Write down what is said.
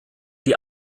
die